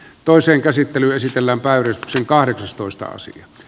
toisen käsittelyn sisällä päivystyksen kahdeksastoista sija